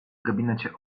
gabinecie